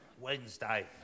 Wednesday